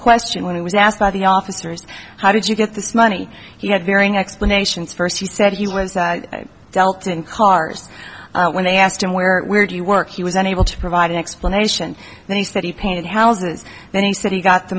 question when it was asked by the officers how did you get this money he had varying explanations first he said he was dealt in cars when they asked him where do you work he was unable to provide an explanation and he said he painted houses then he said he got the